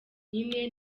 nyine